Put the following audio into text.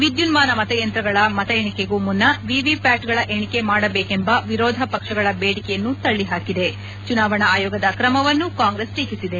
ವಿದ್ಯುನ್ನಾನ ಮತಯಂತ್ರಗಳ ಮತ ಎಣಿಕೆಗೂ ಮುನ್ನ ವಿವಿಪ್ಟಾಟ್ ಗಳ ಎಣಿಕೆ ಮಾಡಬೇಕೆಂಬ ವಿರೋಧ ಪಕ್ಷಗಳ ಬೇಡಿಕೆಯನ್ನು ತಳ್ಳಿ ಹಾಕಿದ ಚುನಾವಣಾ ಆಯೋಗದ ಕ್ರಮವನ್ನು ಕಾಂಗ್ರೆಸ್ ಟೀಕಿಸಿದೆ